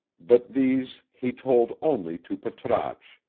but these he told only to patrasche,